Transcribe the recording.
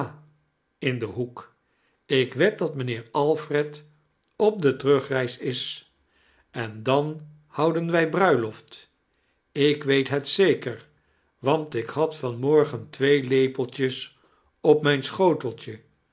in detri hoek ik wed da mijmheeir alfred op de terugreas is en don bouden wij txruilafib ik weet bet zekear want ik had van moigien twee lepeltjes op mijn schoteltje